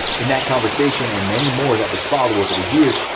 in that conversation, and many more that would follow over the years,